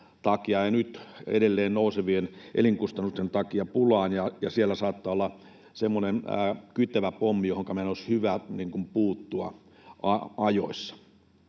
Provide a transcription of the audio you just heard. ja nyt edelleen nousevien elinkustannusten takia pulaan. Siellä saattaa olla semmoinen kytevä pommi, johonka meidän olisi hyvä puuttua ajoissa.